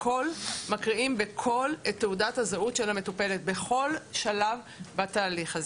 מקריאים בקול את תעודת הזהות של המטופלת בכל שלב בתהליך הזה.